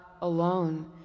alone